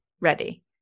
ready